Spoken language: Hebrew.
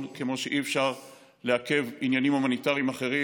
כמו שאי-אפשר לעכב עניינים הומניטריים אחרים.